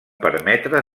permetre